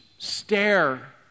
Stare